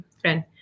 friend